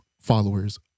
followers